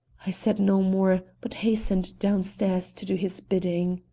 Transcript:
i said no more, but hastened down stairs to do his bidding.